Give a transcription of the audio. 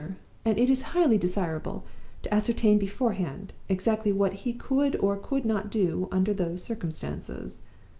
and it is highly desirable to ascertain beforehand exactly what he could or could not do under those circumstances.